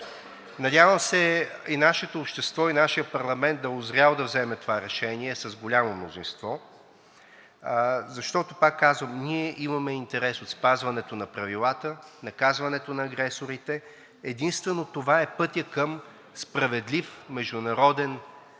Надявам се и нашето общество, и нашият парламент да е узрял да вземе това решение с голямо мнозинство, защото, пак казвам – ние имаме интерес от спазването на правилата, наказването на агресорите. Единствено това е пътят към справедлив международен ред